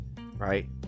right